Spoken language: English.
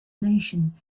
nation